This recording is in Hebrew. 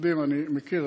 אני מכיר,